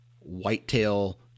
whitetail